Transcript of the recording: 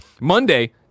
Monday